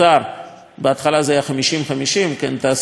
בהתחלה זה היה 50 50 תעשייה מול התחבורה